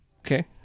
okay